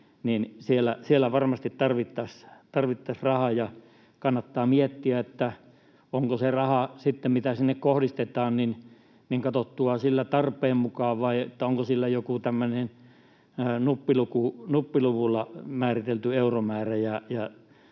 missä varmasti tarvittaisiin rahaa. Kannattaa miettiä, onko se raha sitten, mitä sinne kohdistetaan, katsottava tarpeen mukaan vai onko sillä joku tämmöinen nuppiluvulla määritelty euromäärä,